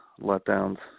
letdowns